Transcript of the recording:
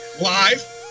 Live